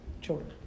children